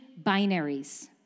binaries